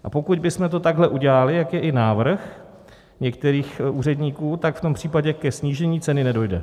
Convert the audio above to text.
A pokud bychom to takhle udělali, jak je i návrh některých úředníků, tak v tom případě ke snížení ceny nedojde.